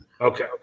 Okay